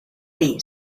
dir